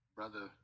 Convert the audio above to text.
Brother